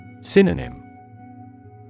Synonym